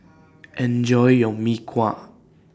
Enjoy your Mee Kuah